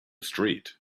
street